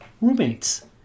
roommates